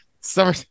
summer